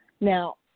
Now